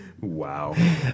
Wow